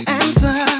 answer